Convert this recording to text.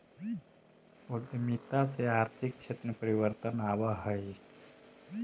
उद्यमिता से आर्थिक क्षेत्र में परिवर्तन आवऽ हई